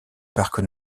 parc